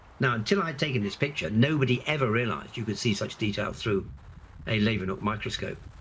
now until i'd taken this picture nobody ever realized you could see such detail through a leeuwenhoek microscope.